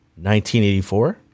1984